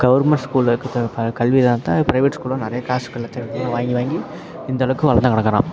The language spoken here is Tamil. கவர்மெண்ட் ஸ்கூலில் இருக்கற இப்போ ப கல்வியால் தான் ப்ரைவேட் ஸ்கூலில் நிறைய காசு லட்சம் லட்சமாக வாங்கி வாங்கி இந்த அளவுக்கு வளர்ந்து கிடக்குறான்